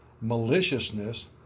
maliciousness